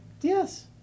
yes